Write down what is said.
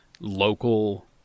local